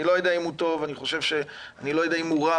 אני לא יודע אם הוא טוב, אני לא יודע אם הוא רע.